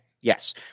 Yes